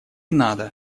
надо